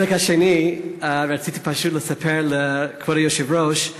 החלק השני, רציתי פשוט לספר לכבוד היושב-ראש,